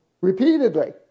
repeatedly